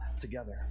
together